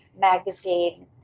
magazine